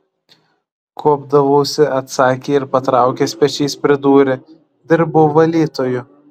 kuopdavausi atsakė ir patraukęs pečiais pridūrė dirbau valytoju